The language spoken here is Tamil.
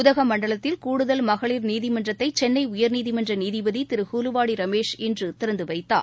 உதகமண்டலத்தில் கூடுதல் மகளிர் நீதிமன்றத்தைசென்னைஉயர்நீதிமன்றநீதிபதிதிருகுலுவாடிரமேஷ் இன்றுதிறந்துவைத்தார்